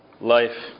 life